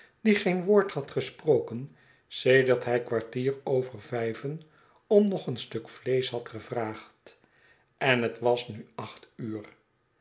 die geen woord had gesproken sedert hij kwartier over vijven om nog een stuk vleesch had gevraagd en het was nu acht uur